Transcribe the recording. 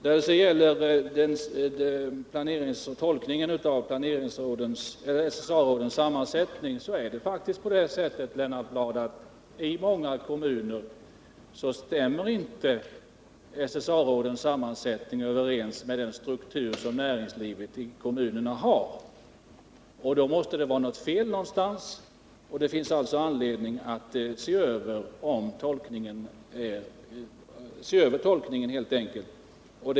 När det sedan gäller tolkningen av reglerna för SSA-rådens sammansättning är det faktiskt på det sättet, Lennart Bladh, att i många kommuner stämmer inte SSA-rådens sammansättning överens med den struktur som näringslivet i kommunerna har. Då måste det vara fel någonstans, och det finns alltså anledning att se över tolkningen.